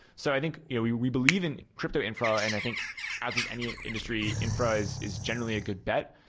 so i think yeah we we believe in crypto infra and i think as any industry, infra is is generally a good bet.